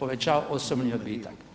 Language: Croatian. povećava osobni odbitak.